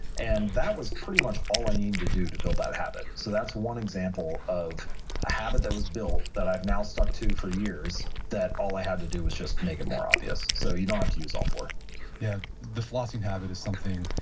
and that was pretty much all i needed to do to build that habit. so that's one example of a habit that was built that i've now stuck to for years that all i had to do was just make it more obvious. so you don't have to use all four yeah the flossing habit is something,